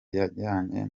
yajyanye